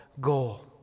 goal